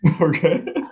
Okay